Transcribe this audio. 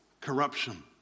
Corruption